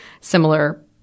similar